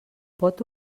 pot